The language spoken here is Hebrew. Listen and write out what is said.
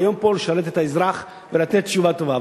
הרעיון פה הוא לשרת את האזרח ולתת תשובה טובה,